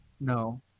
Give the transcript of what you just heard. No